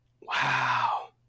Wow